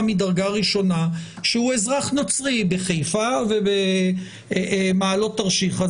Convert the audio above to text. מדרגה ראשונה שהוא אזרח נוצרי בחיפה ובמעלות תרשיחא.